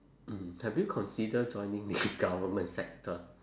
mm have you consider joining the government sector